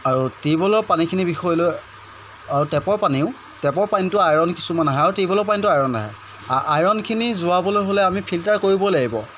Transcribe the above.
আৰু টিউব ৱেলৰ পানীখিনি বিষয় লৈ আৰু টেপৰ পানীও টেপৰ পানীটো আইৰণ কিছুমান আহে আৰু টিউব ৱেলৰ পানীটো আইৰণ আহে আইৰণখিনি যোৱাবলৈ হ'লে আমি ফিল্টাৰ কৰিব লাগিব